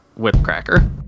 Whipcracker